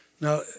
Now